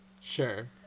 Sure